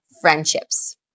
friendships